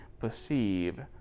perceive